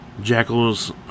Jackals